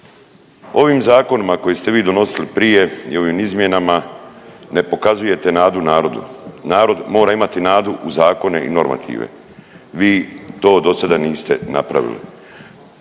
Ovim zakonima koje ste vi donosili prije i ovim izmjenama ne pokazujete nadu narodu. Narod mora imati nadu u zakone i normative. Vi to dosada niste napravili.